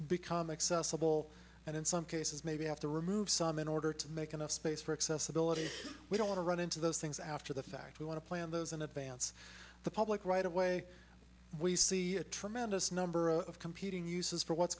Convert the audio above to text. become accessible and in some cases maybe have to remove some in order to make enough space for accessibility we don't want to run into those things after the fact we want to plan those in advance the public right away we see a tremendous number of competing uses for what's